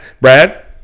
Brad